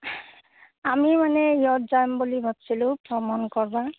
আমি মানে ইয়াত যাম বুলি ভাবিছিলোঁ ভ্ৰমণ কৰিব